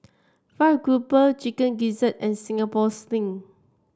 fried grouper Chicken Gizzard and Singapore Sling